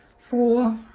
for